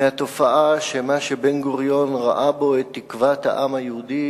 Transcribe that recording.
מהתופעה שמה שבן-גוריון ראה בו את תקוות העם היהודי,